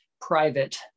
private